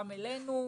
גם אלינו,